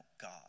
God